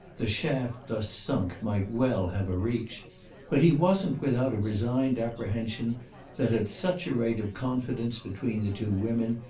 the shaft thus sunk might well have a reach but he wasn't without a resigned apprehension that, at such a rate of confidence between the two women,